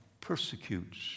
persecutes